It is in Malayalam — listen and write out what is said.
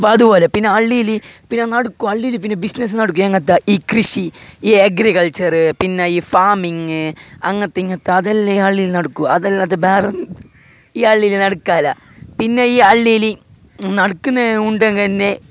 അപ്പോൾ അതുപോലെ പിന്നെ അള്ളിയിൽ പിന്നങ്ങാട് ക അള്ളിയിൽ പിന്നെ ബിസിനസ് നടക്കും എങ്ങനത്തെ ഈ കൃഷി ഈ അഗ്രിക്കള്ച്ചർ പിന്നെയീ ഫാമിങ് അങ്ങനത്തിങ്ങനത്തെ അതെല്ലാം ഈ അള്ളിയിൽ നടക്കുവ അതല്ലാതെ ബേറൊന്നും ഈ അള്ളിയിൽ നടക്കില്ല പിന്നെയീ അള്ളിയിൽ നടക്കുന്ന് ഉണ്ടെങ്കന്നെ